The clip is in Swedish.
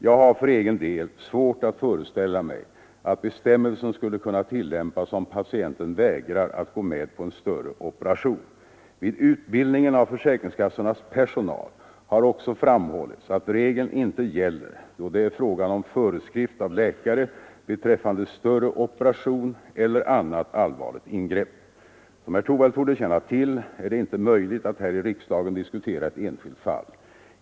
Jag har för egen del svårt att föreställa mig att bestämmelsen skulle kunna tillämpas om patienten vägrar att gå med på en större operation. Vid utbildningen av sjukpenning för försäkringskassornas personal har också framhållits att regeln inte gäller patient som väg då det är fråga om föreskrift av läkare beträffande större operation eller = ”ar att under annat allvarligt ingrepp. kasta sig viss Som herr Torwald torde känna till är det inte möjligt att här i behandling riksdagen diskutera ett enskilt fall.